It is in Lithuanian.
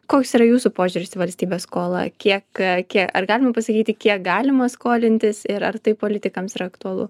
koks yra jūsų požiūris į valstybės skolą kiek kie ar galima pasakyti kiek galima skolintis ir ar tai politikams yra aktualu